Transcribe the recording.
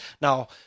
Now